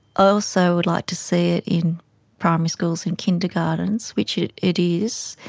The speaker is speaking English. also would like to see it in primary schools, in kindergartens, which it it is,